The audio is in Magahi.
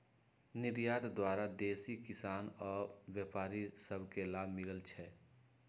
निर्यात द्वारा देसी किसान आऽ व्यापारि सभ के लाभ मिलइ छै